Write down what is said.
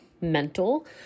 mental